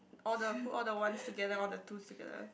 order put all the ones together all two together